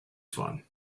fun